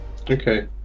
Okay